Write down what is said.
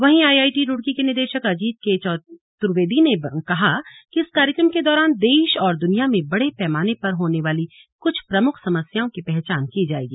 वहीं आईआईटी रूड़की के निदेशक अजीत के चतुर्वेदी ने कहा कि इस कार्यक्रम के दौरान देश और दुनिया में बड़े पैमाने पर होने वाली कुछ प्रमुख समस्याओं की पहचान की जाएगी